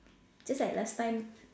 just like last time